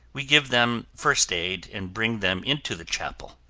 we give them first aid and bring them into the chapel,